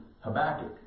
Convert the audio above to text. Habakkuk